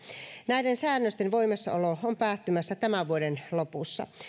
näiden säännösten voimassaolo on päättymässä tämän vuoden lopussa